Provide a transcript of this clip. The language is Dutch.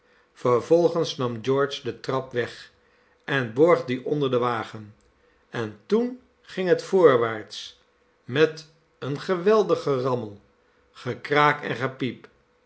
vervolgens nam george de trap weg en borg die onder den wagen en toen ging het voorwaarts met een geweldig gerammel gekraak en gepiep